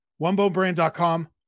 OneBoneBrand.com